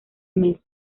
mes